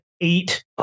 eight